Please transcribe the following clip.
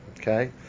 Okay